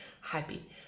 happy